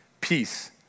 peace